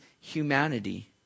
humanity